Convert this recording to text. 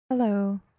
Hello